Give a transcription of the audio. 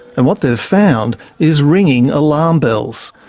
and what they've found is ringing alarm bells.